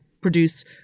produce